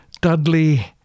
dudley